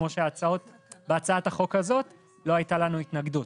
כמו שבהצעת החוק הזאת לא הייתה לנו התנגדות.